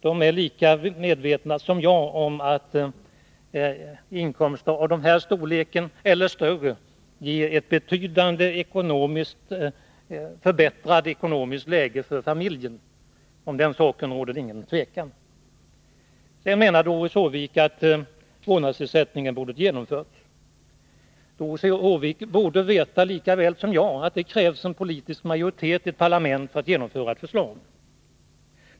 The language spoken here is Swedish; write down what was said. De är lika medvetna som jag om att inkomster av den här storleken eller större innebär ett betydligt förbättrat ekonomiskt läge för en familj. Om den saken råder det ingen tvekan. Doris Håvik menar att vi borde ha genomfört en vårdnadsersättning. Men hon måste väl lika bra som jag veta att det krävs en politisk majoritet i ett parlament för att genomföra ett förslag.